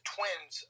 Twins